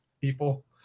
people